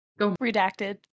Redacted